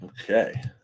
Okay